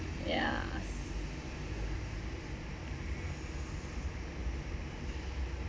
ya